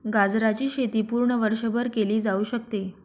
गाजराची शेती पूर्ण वर्षभर केली जाऊ शकते